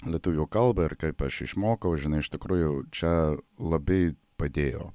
lietuvių kalbą ir kaip aš išmokau žinai iš tikrųjų čia labai padėjo